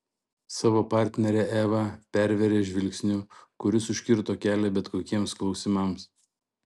savo partnerę eva pervėrė žvilgsniu kuris užkirto kelią bet kokiems klausimams